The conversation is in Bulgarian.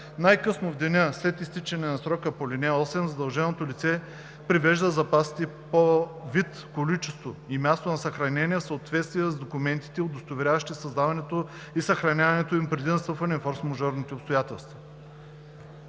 Най-късно в деня след изтичането на срока по ал. 8 задълженото лице привежда запасите си по вид, количество и място на съхранение в съответствие с документите, удостоверяващи създаването и съхраняването им преди настъпването на форсмажорните обстоятелства.“